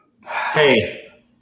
Hey